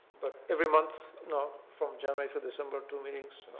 but every month, not from january to december, two meetings